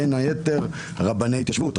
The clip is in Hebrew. בין היתר רבני התיישבות,